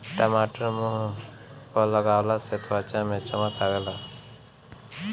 टमाटर मुंह पअ लगवला से त्वचा में चमक आवेला